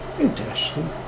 Interesting